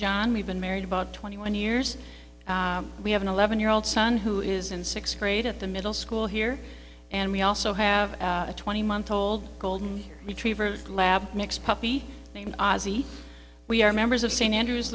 john we've been married about twenty one years and we have an eleven year old son who is in sixth grade at the middle school here and we also have a twenty month old golden retrievers lab mix puppy named ozzie we are members of st andrew